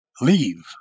leave